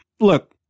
Look